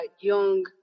young